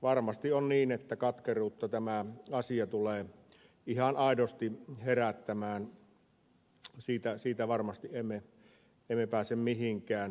varmasti on niin että katkeruutta tämä asia tulee ihan aidosti herättämään siitä varmasti emme pääse mihinkään